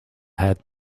had